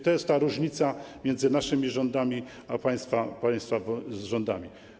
To jest ta różnica między naszymi rządami a państwa rządami.